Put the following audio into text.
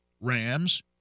Rams